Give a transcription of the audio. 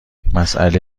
مساله